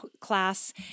class